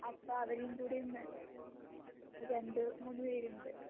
അപ്പം അവരെയും കൂടിയൊന്ന് രണ്ട് മൂന്ന് പേരുണ്ട്